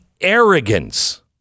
arrogance